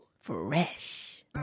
Fresh